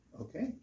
Okay